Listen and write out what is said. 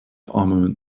armament